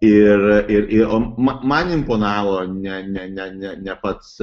ir ir ma man imponavo ne ne ne ne ne pats